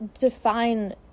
define